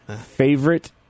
Favorite